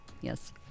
yes